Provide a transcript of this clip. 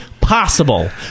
possible